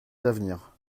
d’avenir